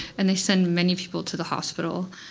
and they send many people to the hospital.